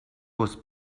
was